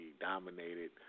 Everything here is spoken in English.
dominated